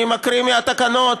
אני מקריא מהתקנות: